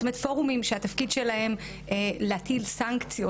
זאת אומרת פורומים שהתפקיד שלהם להטיל סנקציות